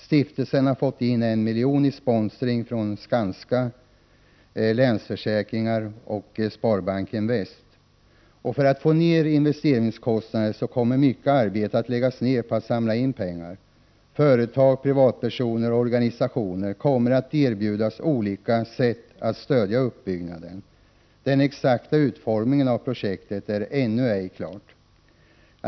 Stiftelsen har fått in 1 milj.kr. genom sponsring från Skanska, Länsförsäkringar och Sparbanken Väst. För att nedbringa investeringskostnaderna kommer mycket arbete att läggas ned på att få in pengar genom insamling. Företag, privatpersoner och organisationer skall på olika sätt kunna stödja uppbyggnaden. Den exakta utformningen av projektet är ännu ej klar.